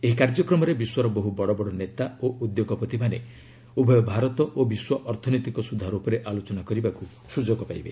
ଏହି କାର୍ଯ୍ୟକ୍ରମରେ ବିଶ୍ୱର ବହୁ ବଡ଼ ବଡ଼ ନେତା ଓ ଉଦ୍ୟୋଗପତିମାନେ ଉଭୟ ଭାରତ ଓ ବିଶ୍ୱ ଅର୍ଥନୈତିକ ସୁଧାର ଉପରେ ଆଲୋଚନା କରିବାକୁ ସ୍ୱଯୋଗ ପାଇବେ